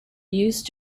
used